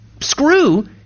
screw